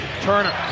turner